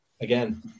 again